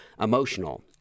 emotional